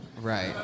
Right